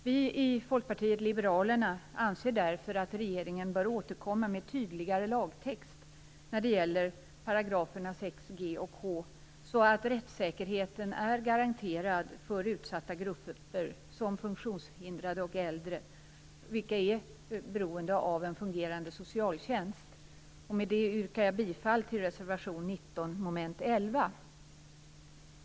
Vi i Folkpartiet liberalerna anser därför att regeringen bör återkomma med tydligare lagtext när det gäller §§ 6 g och 6 h, så att rättssäkerheten är garanterad för utsatta grupper som funktionshindrade och äldre, vilka är beroende av en fungerande socialtjänst. Med det yrkar jag bifall till reservation 19 under mom. 11.